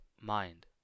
Mind